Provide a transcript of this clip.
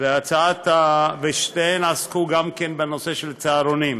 וגם שתיהן עסקו בנושא של צהרונים.